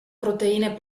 proteine